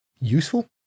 useful